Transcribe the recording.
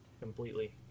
completely